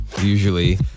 usually